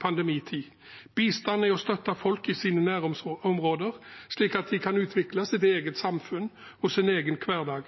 pandemitid. Bistand er å støtte folk i deres nærområder, slik at de kan utvikle sitt eget samfunn og sin egen hverdag.